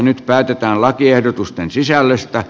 nyt päätetään lakiehdotusten sisällöstä